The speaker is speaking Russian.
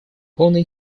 полный